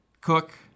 Cook